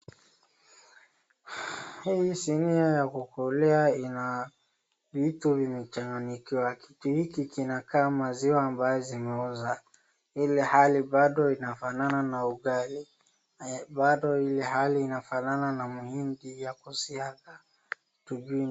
Hii sinia ya kukulia ina vitu vimechanganyikiwa, kitu hiki kinakaa maziwa ambayo zimeoza, ilhali bado inafanana na ugali, na bado ilhali inafanana na muhindi ya kusiaga, hatujui ni nini.